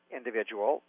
individual